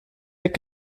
dick